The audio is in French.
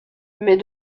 mais